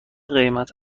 قیمت